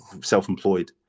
self-employed